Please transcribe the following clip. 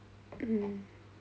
mm